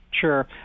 Sure